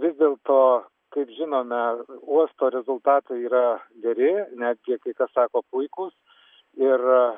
vis dėlto kaip žinome uosto rezultatai yra geri netgi kai kas sako puikūs ir